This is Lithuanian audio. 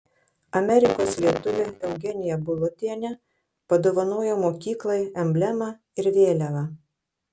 amerikos lietuvė eugenija bulotienė padovanojo mokyklai emblemą ir vėliavą